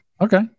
Okay